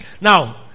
now